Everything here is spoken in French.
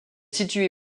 située